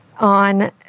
on